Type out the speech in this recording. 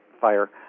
fire